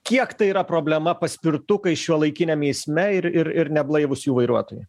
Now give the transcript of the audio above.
kiek tai yra problema paspirtukai šiuolaikiniam eisme ir ir neblaivūs jų vairuotojai